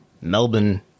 Melbourne